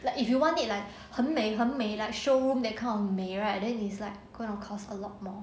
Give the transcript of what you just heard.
like if you want it like 很美很美 like showroom that kind of 美 right then is like kind of cost a lot more